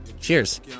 Cheers